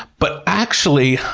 but actually,